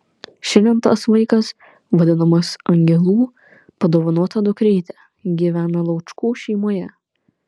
šiandien tas vaikas vadinamas angelų padovanota dukryte gyvena laučkų šeimoje